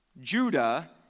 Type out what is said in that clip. Judah